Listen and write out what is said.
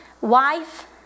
wife